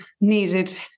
needed